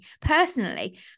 personally